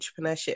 entrepreneurship